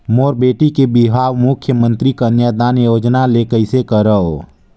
मोर बेटी के बिहाव मुख्यमंतरी कन्यादान योजना ले कइसे करव?